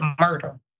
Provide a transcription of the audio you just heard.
murder